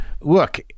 Look